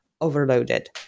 Overloaded